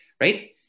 right